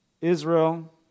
Israel